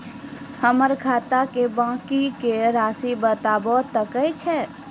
हमर खाता के बाँकी के रासि बताबो कतेय छै?